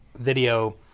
video